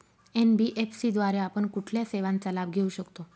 NBFC द्वारे आपण कुठल्या सेवांचा लाभ घेऊ शकतो?